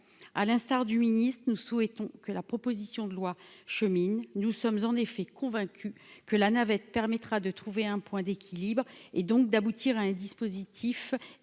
à l'instar du ministre et nous souhaitons que la proposition de loi chemine, nous sommes en effet convaincu que la navette permettra de trouver un point d'équilibre, et donc d'aboutir à un dispositif